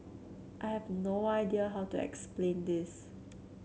I have no idea how to explain this